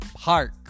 Park